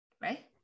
right